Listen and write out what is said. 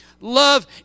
Love